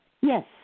Yes